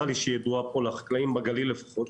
לי שהיא ידועה פה לחקלאים בגליל לפחות,